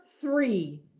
three